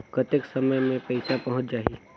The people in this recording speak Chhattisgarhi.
कतेक समय मे पइसा पहुंच जाही?